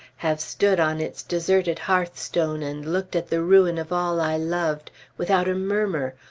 have stood on its deserted hearthstone and looked at the ruin of all i loved without a murmur,